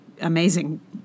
amazing